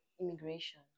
immigration